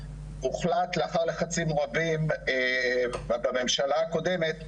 הוחלט לאחר לחצים רבים בממשלה הקודמת,